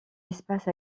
espaces